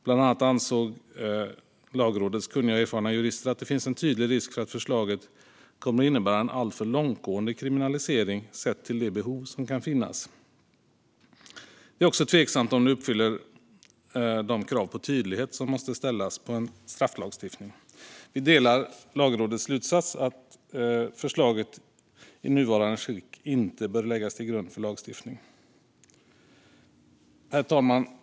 Bland annat ansåg Lagrådets kunniga och erfarna jurister att det finns en tydlig risk för att förslaget kommer att innebära en alltför långtgående kriminalisering sett till det behov som kan finnas. Det är också tveksamt om det uppfyller de krav på tydlighet som måste ställas på en strafflagstiftning. Vi delar Lagrådets slutsats att förslaget i nuvarande skick inte bör läggas till grund för lagstiftning. Herr talman!